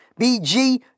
BG